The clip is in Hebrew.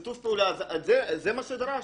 שיתוף פעולה זה מה שדרשנו,